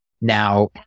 Now